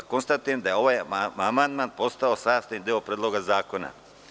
Konstatujem da je ovaj amandman postao sastavni deo Predloga zakona.